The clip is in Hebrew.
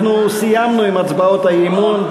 אנחנו סיימנו עם הצבעות האי-אמון.